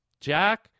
Jack